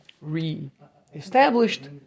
re-established